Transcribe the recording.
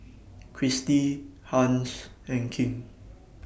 Christi Hans and King